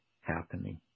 happening